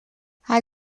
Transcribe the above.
hij